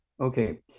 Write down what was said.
okay